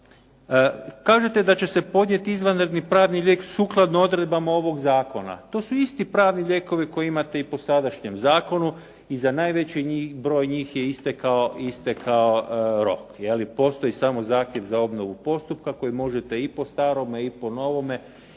kažete da će se podnijeti izvanredni pravni lijek sukladno odredbama ovog zakona. To su isti pravni lijekovi koje imate i po sadašnjem zakonu i za najveći broj njih je istekao rok, je li i postoji samo zahtjev za obnovu postupka koji možete i po starome i po novome i ako